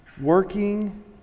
working